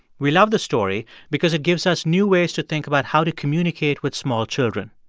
we love the story because it gives us new ways to think about how to communicate with small children,